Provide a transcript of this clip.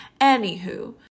Anywho